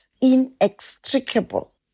inextricable